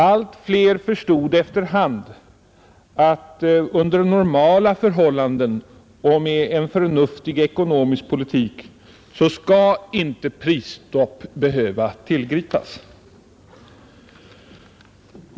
Allt fler förstod efter hand att under normala förhållanden och med en förnuftig ekonomisk politik skall inte prisstopp behöva tillgripas.